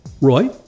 Roy